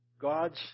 God's